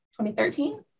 2013